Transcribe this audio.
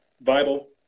Bible